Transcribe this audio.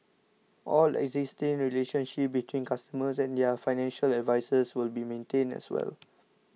all existing relationships between customers and their financial advisers will be maintained as well